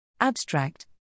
Abstract